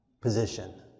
position